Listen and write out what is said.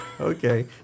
Okay